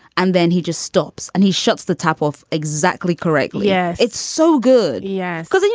and then he just stops and he shuts the tap off exactly correctly. yeah it's so good. yeah. because, you